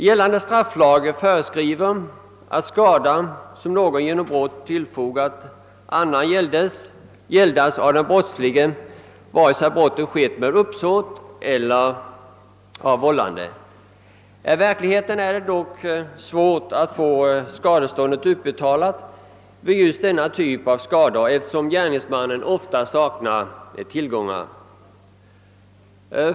Gällande strafflag föreskriver att skada som någon genom brott tillfogat annan gäldas av den brottslige vare sig brottet skett med uppsåt eller av vållande. I verkligheten är det dock svårt att få skadeståndet utbetalt vid just denna typ av skada, eftersom gärningsmannen ofta saknar tillgångar.